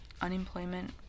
unemployment